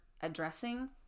addressing